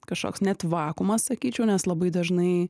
kašoks net vakuumas sakyčiau nes labai dažnai